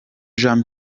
jean